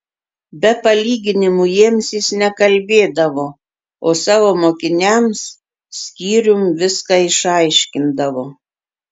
be palyginimų jiems jis nekalbėdavo o savo mokiniams skyrium viską išaiškindavo